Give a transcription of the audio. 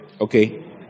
Okay